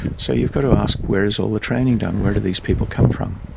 so you've got to ask where is all the training done, where do these people come from?